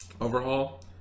Overhaul